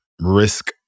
risk